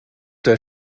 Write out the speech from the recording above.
der